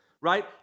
right